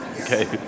Okay